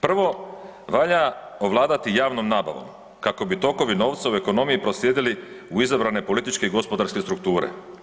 Prvo valja ovladati javnom nabavom kako bi tokove novca u ekonomiji proslijedili u izabrane političke i gospodarske strukture.